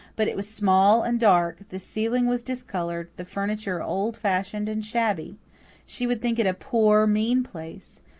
but it was small and dark the ceiling was discoloured, the furniture old-fashioned and shabby she would think it a poor, mean place.